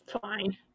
Fine